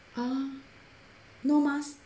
ah no mask